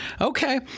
Okay